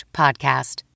podcast